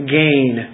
gain